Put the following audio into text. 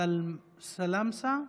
סלמסה ז"ל,